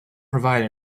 provide